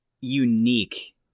unique